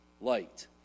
light